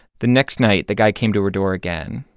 the next night the guy came to her door again.